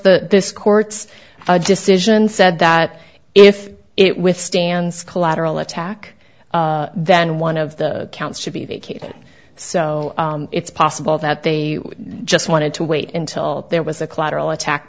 the this court's decision said that if it withstands collateral attack then one of the counts should be vacated so it's possible that they just wanted to wait until there was a collateral attack